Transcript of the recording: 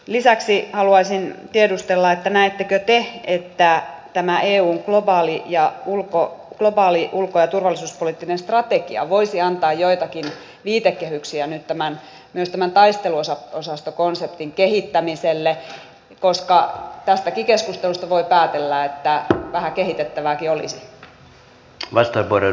lisäksi haluaisin tiedustella näettekö te että eun globaali ulko ja turvallisuuspoliittinen strategia voisi antaa joitakin viitekehyksiä nyt myös tämän taisteluosastokonseptin kehittämiselle koska tästäkin keskustelusta voi päätellä että vähän kehitettävääkin olisi